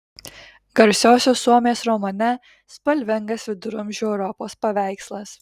garsiosios suomės romane spalvingas viduramžių europos paveikslas